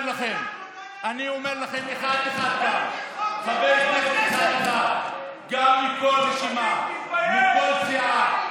אף אחד לא נתן לך את הזכות, של העדה הדרוזית.